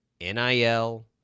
NIL